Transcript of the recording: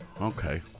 Okay